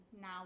now